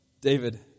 David